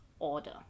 order